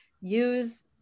use